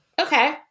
Okay